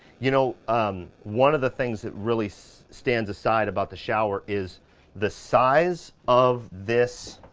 you know um one of the things that really so stands aside about the shower is the size of this.